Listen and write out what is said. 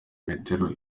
metero